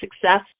success